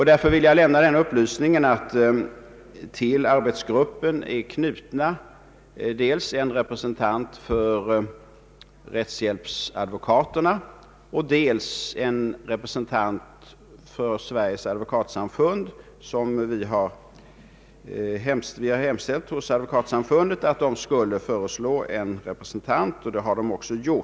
Därför vill jag lämna den upplysningen att till arbetsgruppen är knutna dels en representant för rättshjälpsadvokaterna, dels en representant för Sveriges Advokatsamfund. Vi har hemställt hos Advokatsamfundet att förbundet skulle föreslå en representant, vilket man också gjort.